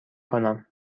کنم